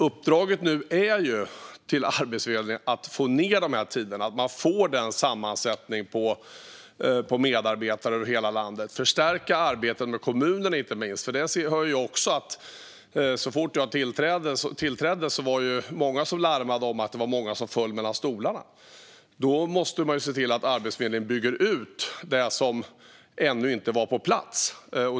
Uppdraget till Arbetsförmedlingen är nu att få ned tiderna och att man får rätt sammansättning på medarbetarna över hela landet. Man måste inte minst förstärka arbetet med kommunerna, för där hörde jag också så fort jag tillträdde att det var många som larmade om att folk föll mellan stolarna. Då måste man se till att Arbetsförmedlingen bygger ut det som ännu inte är på plats.